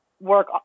work